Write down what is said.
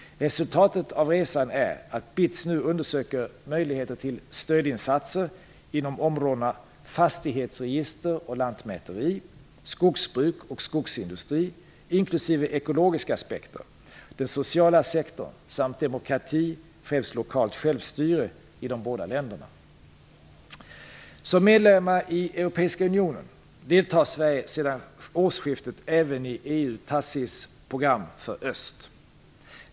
Resultatet av resan är att BITS nu undersöker möjligheterna till stödinsatser inom områdena fastighetsregister och lantmäteri, skogsbruk och skogsindustri, inklusive ekologiska aspekter, den sociala sektorn samt demokrati, främst lokalt självstyre, i de båda länderna. Sverige sedan årsskiftet även i EU-TACIS program för öst.